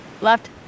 left